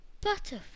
butterfly